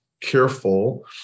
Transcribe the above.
careful